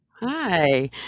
Hi